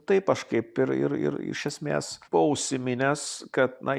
taip aš kaip ir ir ir iš esmės buvau užsiminęs kad na